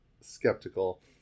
skeptical